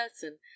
person